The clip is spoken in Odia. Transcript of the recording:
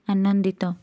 ଆନନ୍ଦିତ